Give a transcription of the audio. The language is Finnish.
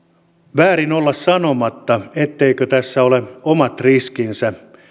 väärin olla sanomatta etteikö tässä ole omat riskinsä